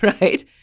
right